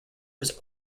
was